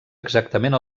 exactament